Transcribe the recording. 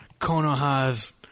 Konoha's